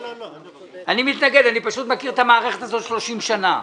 אני פשוט מכיר את המערכת הזאת 30 שנים.